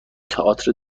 تئاتر